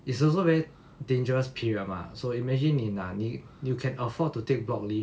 it's also very dangerous period mah so imagine 你拿你 you can afford to take block leave